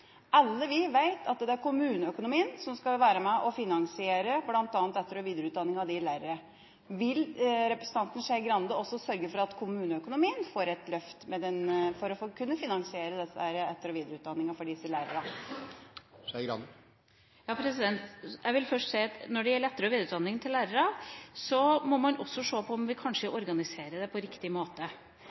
alle at det er kommuneøkonomien som skal være med og finansiere bl.a. etter- og videreutdanning av lærere. Vil representanten Skei Grande også sørge for at kommuneøkonomien får et løft for å kunne finansiere etter- og videreutdanningen for disse lærerne? Jeg vil først si at når det gjelder etter- og videreutdanning til lærere, må vi også se på om vi organiserer det på riktig måte.